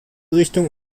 richtung